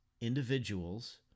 individuals